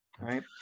Right